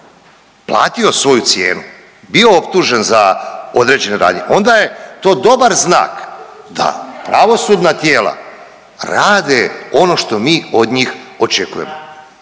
platio svoju cijenu, bio optužen za određene radnje, onda je to dobar znak da pravosudna tijela rade ono što mi od njih očekujemo,